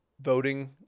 voting